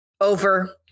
over